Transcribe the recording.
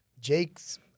Jake's